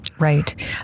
Right